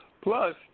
Plus